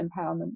empowerment